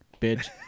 bitch